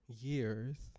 Years